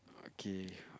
okay